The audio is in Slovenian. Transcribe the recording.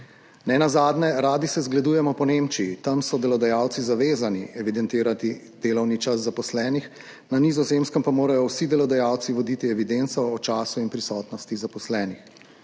Nenazadnje, radi se zgledujemo po Nemčiji, tam so delodajalci zavezani evidentirati delovni čas zaposlenih, na Nizozemskem pa morajo vsi delodajalci voditi evidenco o času in prisotnosti zaposlenih.